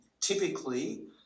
typically